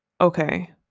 okay